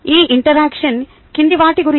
ఈ ఇంటరాక్షన్ కింది వాటి గురించి